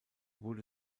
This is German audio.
wurde